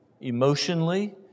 Emotionally